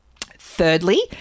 Thirdly